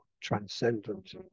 transcendent